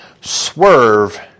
swerve